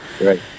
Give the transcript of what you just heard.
right